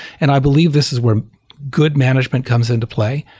and i believe this is where good management comes into play.